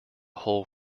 whole